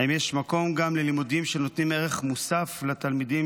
האם יש מקום גם ללימודים שנותנים ערך מוסף לתלמידים,